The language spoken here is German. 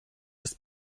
ist